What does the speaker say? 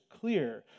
clear